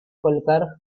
colocar